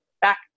back